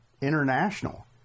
international